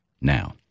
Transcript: now